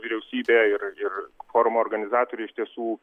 vyriausybė ir ir forumo organizatoriai iš tiesų